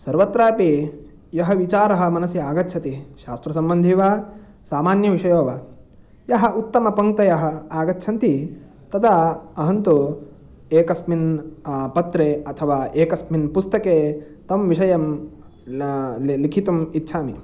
सर्वत्रापि यः विचारः मनसि आगच्छति शास्त्रसम्बन्धी वा सामान्यविषयो वा यः उत्तमपङ्क्तयः आगच्छन्ति तदा अहं तु एकस्मिन् पत्रे अथवा एकस्मिन् पुस्तके तं विषयं ल् लेखितुम् इच्छामि